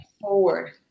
forward